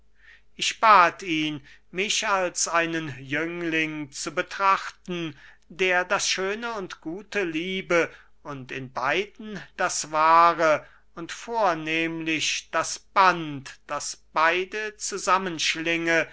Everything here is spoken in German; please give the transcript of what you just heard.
ich bat ihn mich als einen jüngling zu betrachten der das schöne und gute liebe und in beiden das wahre und vornehmlich das band das beide